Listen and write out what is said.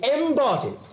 embodied